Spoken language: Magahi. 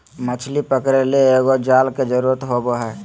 मछली पकरे ले एगो जाल के जरुरत होबो हइ